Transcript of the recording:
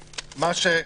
שלום.